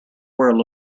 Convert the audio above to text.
where